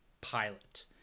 pilot